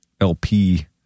LP